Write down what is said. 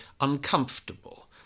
uncomfortable